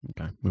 Okay